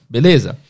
Beleza